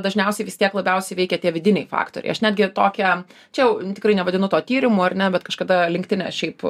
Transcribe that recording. dažniausiai vis tiek labiausiai veikia tie vidiniai faktoriai aš netgi tokią čia jau tikrai nevadinu to tyrimu ar ne bet kažkada linktine šiaip